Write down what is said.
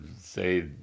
say